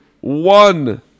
One